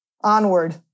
Onward